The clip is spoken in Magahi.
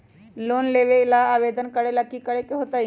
लोन लेबे ला आवेदन करे ला कि करे के होतइ?